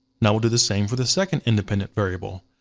now we'll do the same for the second independent variable.